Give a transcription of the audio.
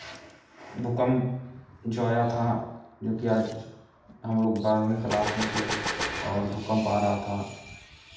भूकंप जो आया था जो कि आज हम लोग बारहवीं क्लास में थे और भूकम्प आ रहा था